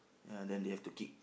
ya then they have to kick